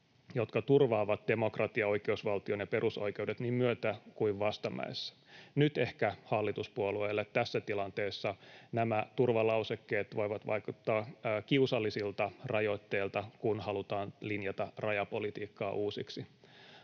jotka turvaavat demokratian, oikeusvaltion ja perusoikeudet niin myötä- kuin vastamäessä. Nyt ehkä hallituspuolueille tässä tilanteessa nämä turvalausekkeet voivat vaikuttaa kiusallisilta rajoitteilta, kun halutaan linjata rajapolitiikkaa uusiksi,